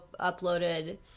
uploaded –